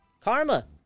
Karma